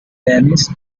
denis